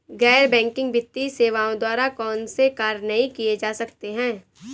गैर बैंकिंग वित्तीय सेवाओं द्वारा कौनसे कार्य नहीं किए जा सकते हैं?